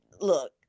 look